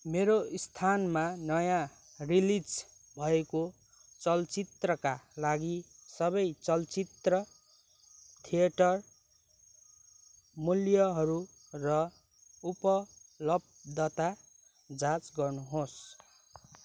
मेरो स्थानमा नयाँ रिलिज भएको चलचित्रका लागि सबै चलचित्र थिएटर मूल्यहरू र उपलब्धता जाँच गर्नुहोस्